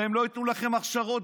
והם לא ייתנו לכם הכשרות,